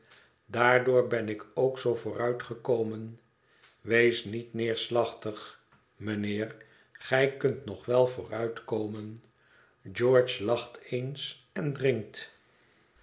daardoor ben ik ook zoo vooruitgekomen wees niet neerslachtig mijnheer gij kunt nog wel vooruitkomen george lacht eens en drinkt